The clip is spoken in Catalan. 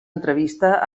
entrevista